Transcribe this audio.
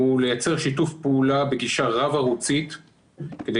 הוא לייצר שיתוף פעולה בגישה רב-ערוצית כדי